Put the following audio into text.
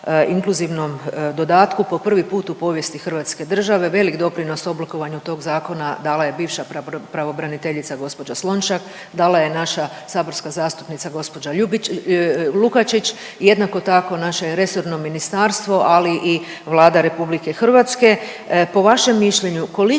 inkluzivnom dodatku po prvi put u povijesti Hrvatske države. Velik broj u oblikovanju tog zakona dala je bivša pravobraniteljica gospođa Slonjšak, dala je naša saborska zastupnica gospođa Lukačić i jednako tako naše resorno ministarstvo, ali Vlada RH. Po vašem mišljenju koliko